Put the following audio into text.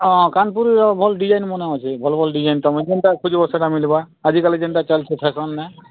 ହଁ କନପୁରୀର ଭଲ ଡିଜାଇନ୍ ମାନ ଅଛି ଭଲ ଭଲ ଡିଜାଇନ୍ ମିଲବା ଆଜି କାଲି ଯେମତା ଚାଲିଛି ସେ ରକମ ନାଇଁ